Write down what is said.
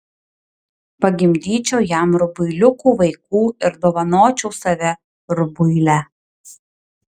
pagimdyčiau jam rubuiliukų vaikų ir dovanočiau save rubuilę